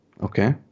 Okay